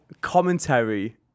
commentary